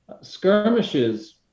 skirmishes